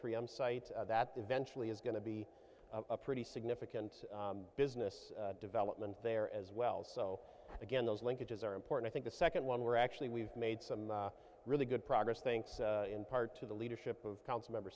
three m sites that eventually is going to be a pretty significant business development there as well so again those linkages are important i think the second one we're actually we've made some really good progress think in part to the leadership of council member